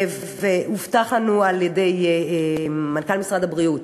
הובטח לנו על-ידי מנכ"ל משרד הבריאות